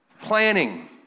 Planning